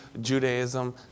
Judaism